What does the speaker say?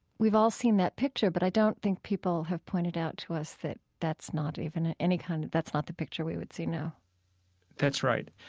we've all seen that picture but i don't think people have pointed out to us that that's not even any kind that's not the picture we would see now that's right.